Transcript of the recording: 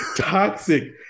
Toxic